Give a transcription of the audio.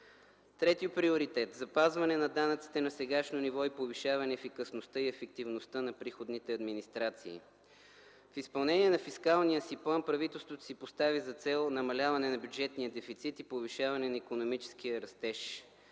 Трети приоритет, запазване на данъците на сегашно ниво и повишаване ефикасността и ефективността на приходните администрации. При изпълнение на фискалния си план правителството си постави за цел намаляването на бюджетния дефицит и повишаване на икономическия растеж.